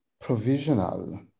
provisional